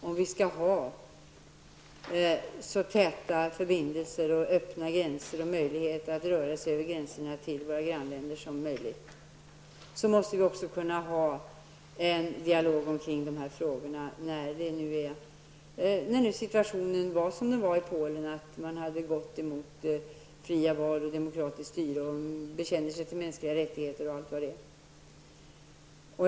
Om vi skall ha så täta förbindelser, öppna gränser och möjligheter att röra sig över gränserna till våra grannländer måste vi kunna föra en dialog kring dessa frågor när situationen var så som den var i Polen. Där hade man gått emot fria val, demokratisk styrning, mänskliga rättigheter m.m.